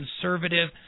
conservative